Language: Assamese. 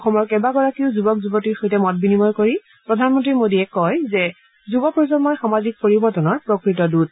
অসমৰ কেইবাগৰাকীও যুৱক যুৱতীৰ সৈতে মত বিনিময় কৰি প্ৰধানমন্ত্ৰী মোডীয়ে কয় যে যুৱ প্ৰজন্মই সামাজিক পৰিৱৰ্তনৰ প্ৰকৃত দূত